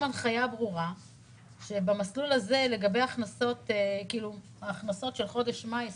הנחיה ברורה שבמסלול הזה לגבי ההכנסות של חודש מאי 2021,